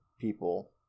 people